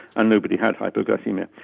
and nobody had hypoglycaemia.